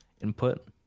input